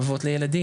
אבות לילדים.